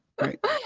Right